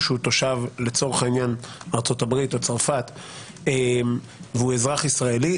שהוא תושב ארצות הברית או צרפת לצורך העניין והוא אזרח ישראלי,